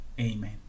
amen